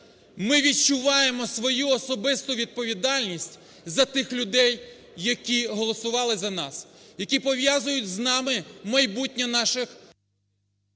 ми відчуваємо свою особисту відповідальність за тих людей, які голосували за нас, які пов'язують з нами майбутнє наших...